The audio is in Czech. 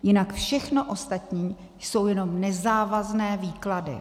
Jinak všechno ostatní jsou jenom nezávazné výklady.